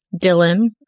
Dylan